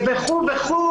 וכולי.